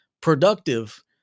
productive